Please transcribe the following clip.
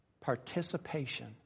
participation